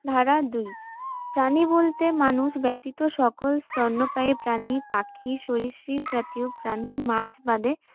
ধারা দুই প্রাণী বলতে মানুষ ব্যতীত সকল স্তন্যপায়ী প্রাণী পাখি সরিসৃপ জাতীয় প্রাণী মাছ বাদে